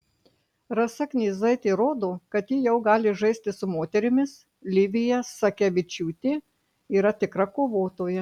rasa knyzaitė rodo kad ji jau gali žaisti su moterimis livija sakevičiūtė yra tikra kovotoja